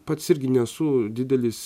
pats irgi nesu didelis